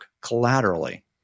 collaterally